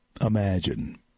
Imagine